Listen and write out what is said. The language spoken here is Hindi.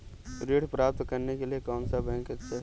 ऋण प्राप्त करने के लिए कौन सा बैंक अच्छा है?